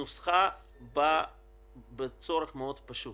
הנוסחה היא לצורך מאוד פשוט,